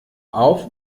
auf